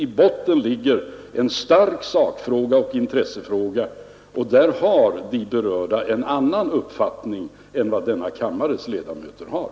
I botten ligger en stark sakfråga och intressefråga, och där har de berörda en annan uppfattning än vad denna kammares ledamöter har.